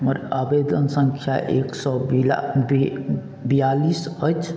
हमर आवेदन सङ्ख्या एक सओ बिला बिआलिस अछि